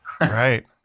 Right